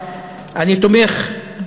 אני תומך,